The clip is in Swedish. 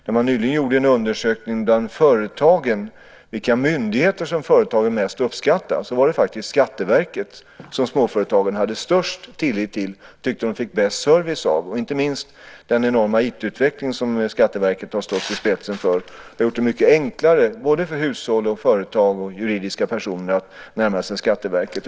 När man nyligen gjorde en undersökning bland företagen om vilka myndigheter som företagen mest uppskattar var det faktiskt Skatteverket som småföretagen hade störst tillit till och tyckte att de fick bäst service av. Det gäller inte minst den enorma IT-utveckling som Skatteverket har stått i spetsen för. Det har gjort det mycket enklare för hushåll, företag och juridiska personer att närma sig Skatteverket.